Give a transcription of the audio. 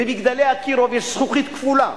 ב"מגדלי אקירוב" יש זכוכית כפולה,